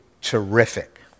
terrific